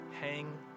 hang